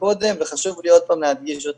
קודם וחשוב לי עוד פעם להדגיש אותה,